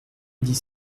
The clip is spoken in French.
dix